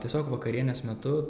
tiesiog vakarienės metu